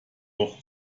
doch